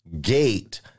gate